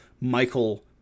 Michael